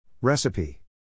Recipe